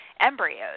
embryos